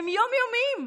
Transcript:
הם יום-יומיים.